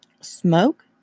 Smoke